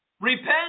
Repent